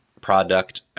product